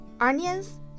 onions